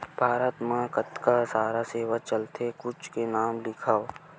भारत मा कतका सारा सेवाएं चलथे कुछु के नाम लिखव?